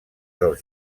dels